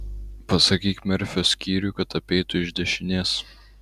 pasakyk merfio skyriui kad apeitų iš dešinės